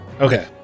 Okay